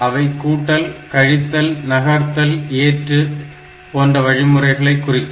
அவை கூட்டல் கழித்தல் நகர்த்தல் ஏற்று போன்ற வழிமுறைகளை குறிக்கும்